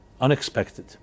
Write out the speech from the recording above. unexpected